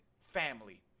family